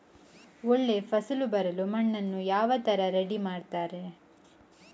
ಒಳ್ಳೆ ಫಸಲು ಬರಲು ಮಣ್ಣನ್ನು ಯಾವ ತರ ರೆಡಿ ಮಾಡ್ತಾರೆ?